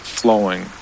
flowing